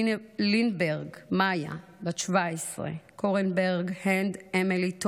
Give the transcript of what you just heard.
ליימברג מיה, בת 17, קורנברג הנד אמילי טוני,